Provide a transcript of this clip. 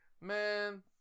Man